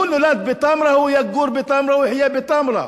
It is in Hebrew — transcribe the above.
הוא נולד בתמרה, הוא יגור בתמרה, הוא יחיה בתמרה,